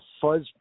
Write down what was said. fuzz